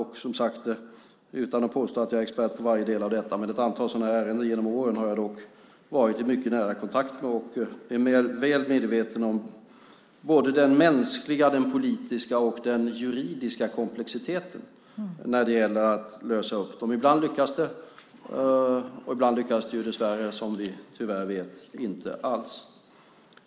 Jag påstår inte att jag skulle vara expert på varje del av detta, men ett antal sådana här ärenden har jag dock genom åren varit i mycket nära kontakt med. Jag är väl medveten om den mänskliga, den politiska och den juridiska komplexiteten när det gäller att lösa dem. Ibland lyckas det, ibland lyckas det dessvärre, som vi tyvärr vet, inte alls.